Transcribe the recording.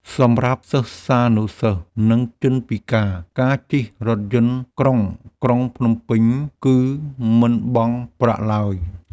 សម្រាប់សិស្សានុសិស្ស និងជនពិការ ការជិះរថយន្តក្រុងក្រុងភ្នំពេញគឺមិនបង់ប្រាក់ឡើយ។